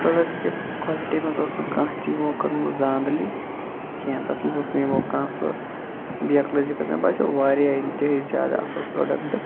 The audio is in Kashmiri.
پروڈَکٹ کہِ کالِٹی مَنٛز ٲس نہٕ کانٛہہ تہِ یِمو کٔرمٕژ دانٛدلی کینٛہہ تَتھ مَنٛز ٲس نہٕ یِمو کانٛہہ سُہ بیکلٲزی کٔرمٕژ مےٚ باسیٚو واریاہ اِنتِہٲیی جیادٕ اَصل پروڈَکٹ